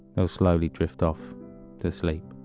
those slowly drift off to sleep